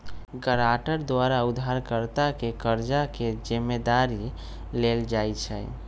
guarantor द्वारा उधारकर्ता के कर्जा के जिम्मदारी लेल जाइ छइ